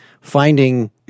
finding